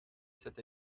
c’est